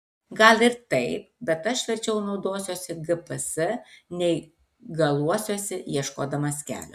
gal ir taip bet aš verčiau naudosiuosi gps nei galuosiuosi ieškodamas kelio